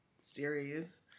series